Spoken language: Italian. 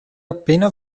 appena